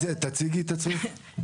תציגי את עצמך.